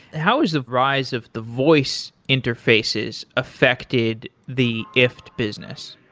how is the rise of the voice interfaces affected the ifttt business?